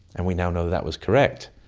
and we now know that was correct,